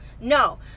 No